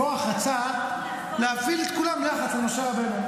קרח רצה להפעיל את כולם, לחץ על משה רבנו.